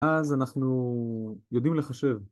אז אנחנו יודעים לחשב.